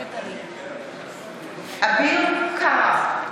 מתחייבת אני אביר קארה,